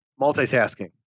Multitasking